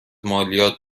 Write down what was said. مالیات